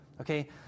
okay